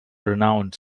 renowned